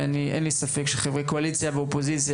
ואני אין לי ספק שחברי קואליציה ואופוזיציה